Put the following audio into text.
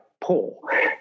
poor